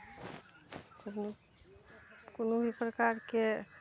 कोनो कोनो भी प्रकार के